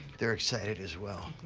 they're excited as well.